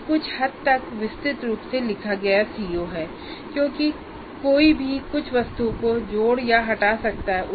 यह कुछ हद तक विस्तृत रूप से लिखा गया CO है क्योंकि कोई कुछ वस्तुओं को जोड़ या हटा सकता है